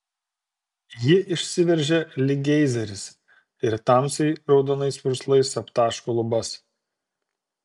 ji išsiveržia lyg geizeris ir tamsiai raudonais purslais aptaško lubas